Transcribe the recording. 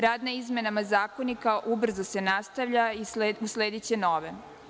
Rad na izmenama Zakonika ubrzo se nastavlja i uslediće nove.